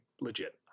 legit